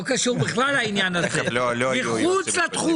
לא קשור בכלל לעניין הזה, מחוץ לתחום.